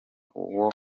ubwo